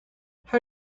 how